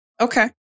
Okay